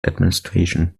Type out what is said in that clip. administration